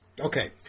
Okay